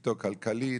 כלכלית,